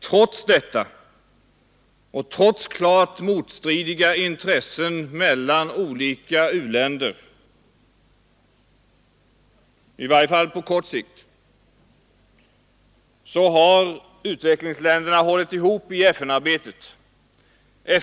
Trots detta och trots klart motstridiga intressen mellan olika u-länder, i varje fall på kort sikt, har utvecklingsländerna hållit ihop i FN-arbetet.